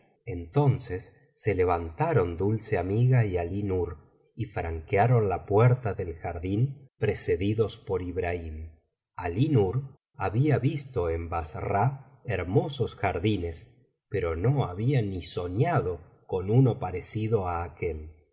entonces se levantaron dulce amiga y alí nur y franquearon la puerta del jardín precedidos por ibrahim alí nur había visto en basara hermosos jardines pero no había ni soñado con uno parecido á aquél